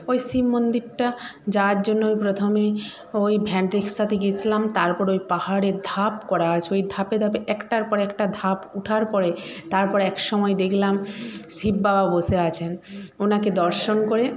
ওই শিব মন্দিরটা যাওয়ার জন্য ওই প্রথমে ওই ভ্যান রিক্সাতে সাথে গেছিলাম তারপর ওই পাহাড়ে ধাপ করা আছে ওই ধাপে ধাপে একটার পর একটা ধাপ উঠার পরে তারপরে একসময় দেখলাম শিব বাবা বসে আছেন ওনাকে দর্শন করে